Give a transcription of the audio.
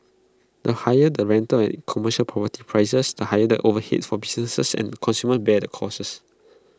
the higher the rentals and commercial property prices the higher the overheads for businesses and consumers bear the costs